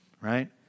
right